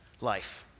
life